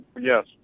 Yes